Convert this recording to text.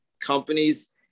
companies